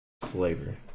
Flavor